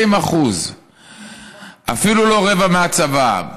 20% אפילו לא רבע מהצבא,